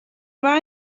war